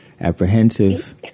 apprehensive